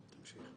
אני חייב להגיד,